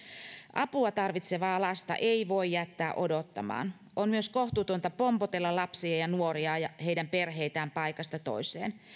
apua tarvitsevaa lasta ei voi jättää odottamaan on myös kohtuutonta pompotella lapsia ja ja nuoria ja heidän perheitään paikasta toiseen